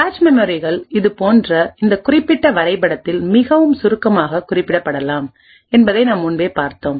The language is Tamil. கேச் மெமரிகள் இதுபோன்ற இந்த குறிப்பிட்ட வரைபடத்தில் மிகவும் சுருக்கமாக குறிப்பிடப்படலாம் என்பதை நாம் முன்பே பார்த்தோம்